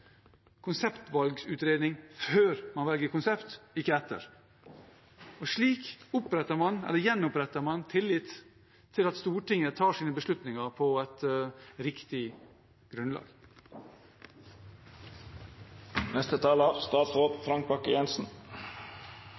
før man velger konsept, ikke etter. Slik gjenoppretter man tillit til at Stortinget tar sine beslutninger på et riktig